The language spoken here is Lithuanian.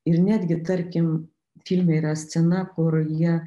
ir netgi tarkim filme yra scena kur jie